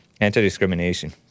Anti-discrimination